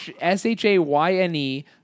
S-H-A-Y-N-E